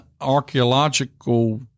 archaeological –